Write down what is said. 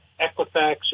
Equifax